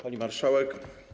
Pani Marszałek!